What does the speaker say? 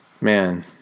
man